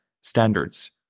standards